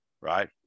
Right